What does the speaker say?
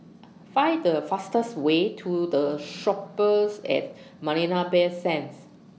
Find The fastest Way to The Shoppes At Marina Bay Sands